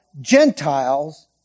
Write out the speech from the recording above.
Gentiles